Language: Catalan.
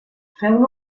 feu